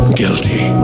guilty